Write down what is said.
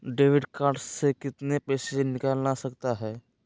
Debit card से कितने पैसे मिलना सकता हैं?